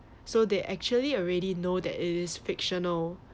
so they actually already know that is fictional